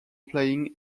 playing